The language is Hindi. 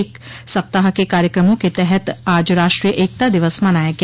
एक सप्ताह के कार्यकमों के तहत आज राष्ट्रीय एकता दिवस मनाया गया